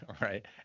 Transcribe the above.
right